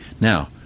now